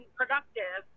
productive